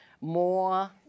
More